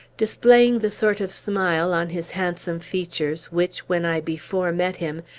displaying the sort of smile on his handsome features which, when i before met him,